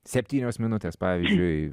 septynios minutės pavyzdžiui